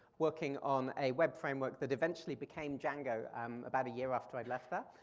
working on a web framework that eventually became django um about a year after i've left that.